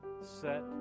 set